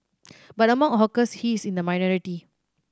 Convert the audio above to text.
but among hawkers he is in the minority